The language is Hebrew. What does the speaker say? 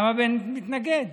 למה בנט מתנגד?